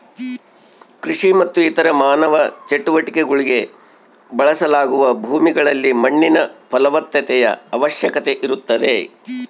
ಕೃಷಿ ಮತ್ತು ಇತರ ಮಾನವ ಚಟುವಟಿಕೆಗುಳ್ಗೆ ಬಳಸಲಾಗುವ ಭೂಮಿಗಳಲ್ಲಿ ಮಣ್ಣಿನ ಫಲವತ್ತತೆಯ ಅವಶ್ಯಕತೆ ಇರುತ್ತದೆ